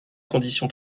conditions